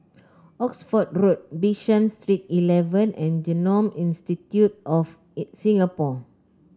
Oxford Road Bishan Street Eleven and Genome Institute of Singapore